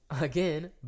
again